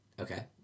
Okay